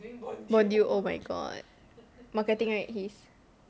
oh my god marketing right his